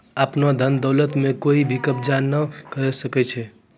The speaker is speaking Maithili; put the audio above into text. आपनो धन दौलत म कोइ भी कब्ज़ा नाय करै सकै छै